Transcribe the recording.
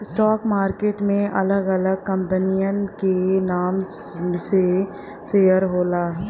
stock market में अलग अलग कंपनियन के नाम से शेयर होला